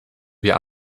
wir